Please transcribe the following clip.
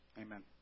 Amen